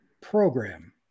program